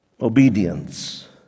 obedience